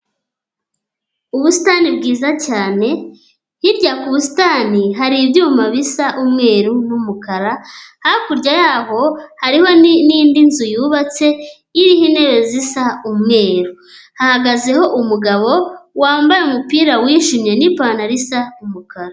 Ubusitani bwiza cyane, hirya ku busitani hari ibyuma bisa umweru n'umukara, hakurya yaho hariho n'indi nzu yubatse iriho intebe zisa umweru, hahagazeho umugabo wambaye umupira wijimye n'ipantaro isa umukara.